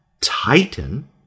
Titan